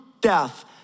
death